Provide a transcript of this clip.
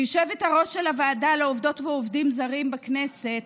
כיושבת-הראש של הוועדה לעובדות ועובדים זרים בכנסת